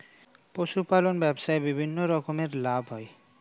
পশুপালন ব্যবসায় বিভিন্ন রকমের লাভ হয়